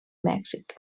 mèxic